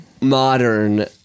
modern